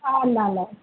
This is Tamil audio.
ஆமாம் மேடம்